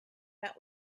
met